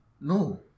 No